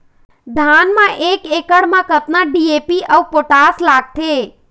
धान म एक एकड़ म कतका डी.ए.पी अऊ पोटास लगथे?